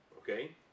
Okay